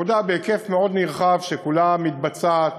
עבודה בהיקף רחב מאוד, שכולה מתבצעת,